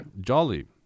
jolly